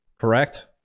correct